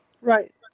Right